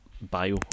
bio